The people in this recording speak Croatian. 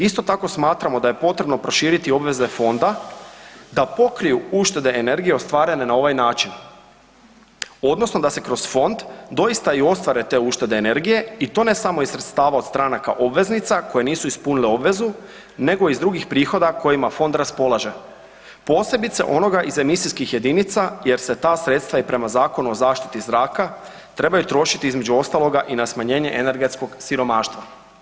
Isto tako smatramo da je potrebno proširiti obveze fonda da pokriju uštede energije ostvarene na ovaj način odnosno da se kroz fond doista i ostvare te uštede energije i to ne samo iz sredstava od stranaka obveznica koje nisu ispunile obvezu nego iz drugih prihoda kojima fond raspolaže, posebice onoga iz emisijskih jedinica jer se ta sredstva i prema Zakonu o zaštiti zraka trebaju trošiti između ostaloga i na smanjenje energetskog siromaštva.